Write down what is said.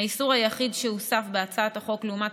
האיסור היחיד שהוסף בהצעת החוק לעומת